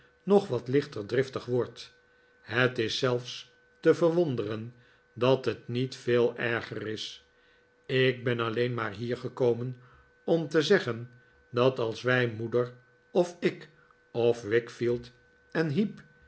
nog wat lichter driftig wordt het is zelfs te verwonderen dat het niet veel erger is ik ben alleen maar hier gekomen om te zeggen dat als wij moeder of ik of wickfield en heep